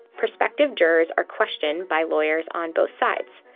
prospective jurors are questioned by lawyers on both sides.